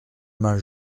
mal